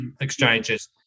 exchanges